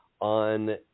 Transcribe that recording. on